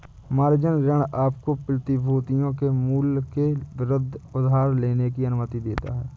margin ऋण आपको प्रतिभूतियों के मूल्य के विरुद्ध उधार लेने की अनुमति देता है